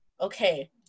okay